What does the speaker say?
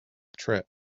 trip